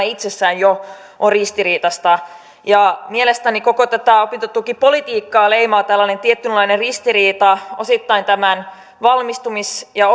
itsessään jo on ristiriitaista mielestäni koko tätä opintotukipolitiikkaa leimaa tällainen tietynlainen ristiriita osittain tämän valmistumis ja